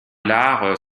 l’art